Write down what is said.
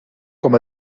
com